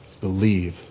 believe